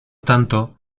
tanto